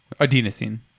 Adenosine